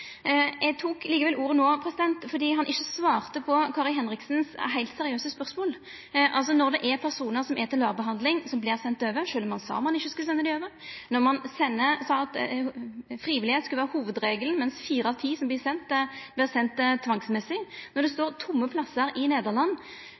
Eg tok likevel ordet no fordi han ikkje svarte på Kari Henriksens heilt seriøse spørsmål. Når det er personar som er til LAR-behandling som vert sende over – sjølv om ein sa ein ikkje skulle senda dei over – når ein sa at frivilligheit skulle vera hovudregelen, mens fire av ti som vert sende, vert sende under tvang, når det